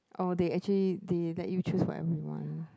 oh they actually they let you choose for everyone